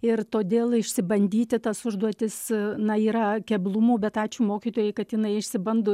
ir todėl išsibandyti tas užduotis na yra keblumų bet ačiū mokytojai kad jinai išsibando